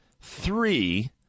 three